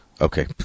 Okay